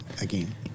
again